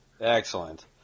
Excellent